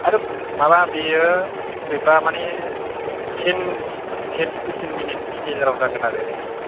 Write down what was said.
आरो माबा बियो स्क्रिप्टआ माने टेन टु फिप्टिन मिनिटनि गेजेराव जागोन आरो बेयो